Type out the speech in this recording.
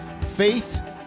faith